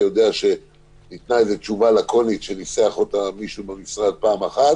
יודע שניתנה תשובה לקונית שניסח אותה מישהו במשרד פעם אחת,